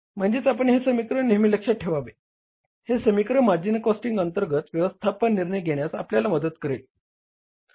म्हणून आपण हे समीकरण नेहमी लक्षात ठेवा हे समीकरण मार्जिनल कॉस्टिंग अंतर्गत व्यवस्थापन निर्णय घेण्यास आपल्याला मदत करेल